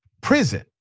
prison